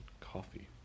coffee